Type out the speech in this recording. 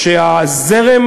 שהזרם